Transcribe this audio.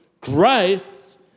Grace